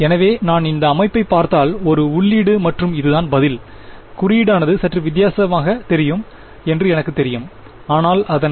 எனவே நான் இந்த அமைப்பைப் பார்த்தால் இது உள்ளீடு மற்றும் இதுதான் பதில் குறியீடானது சற்று வித்தியாசமாகத் தெரியும் என்று எனக்குத் தெரியும் ஆனால் அதன்